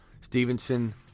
Stevenson